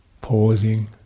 pausing